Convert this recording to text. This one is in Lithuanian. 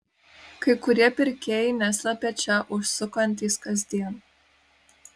kai kurie pirkėjai neslepia čia užsukantys kasdien